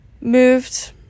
moved